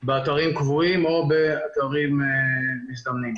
באתרים קבועים או באתרים מזדמנים.